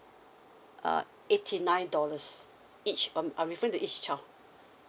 uh eighty nine dollars each um I'm referring to each child